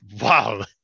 wow